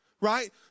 right